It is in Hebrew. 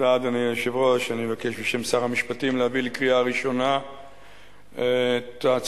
אם כן, הכנסת אישרה את החלטת ועדת העבודה והרווחה.